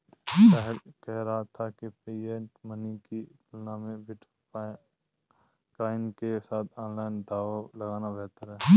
साहिल कह रहा था कि फिएट मनी की तुलना में बिटकॉइन के साथ ऑनलाइन दांव लगाना बेहतर हैं